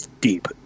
deep